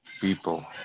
People